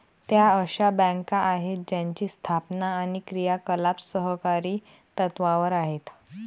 त्या अशा बँका आहेत ज्यांची स्थापना आणि क्रियाकलाप सहकारी तत्त्वावर आहेत